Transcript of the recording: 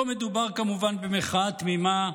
לא מדובר כמובן במחאה תמימה,